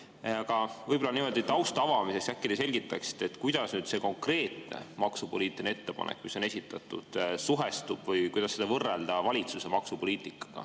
Aga võib-olla tausta avamiseks te selgitaksite, kuidas see konkreetne maksupoliitiline ettepanek, mis on esitatud, suhestub või kuidas seda võrrelda valitsuse maksupoliitikaga.